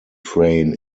train